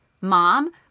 mom